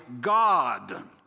God